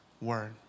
word